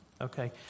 Okay